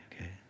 okay